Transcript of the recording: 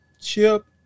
Chip